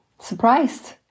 surprised